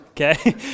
okay